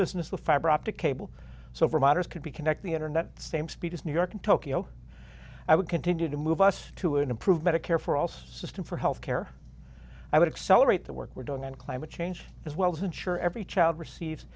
business with fiber optic cable so providers could be connect the internet same speed as new york tokyo i would continue to move us to and improve medicare for all system for health care i would accelerate the work we're doing in climate change as well as ensure every child receive